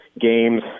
games